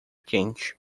quente